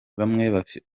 bamwe